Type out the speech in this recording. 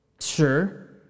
Sure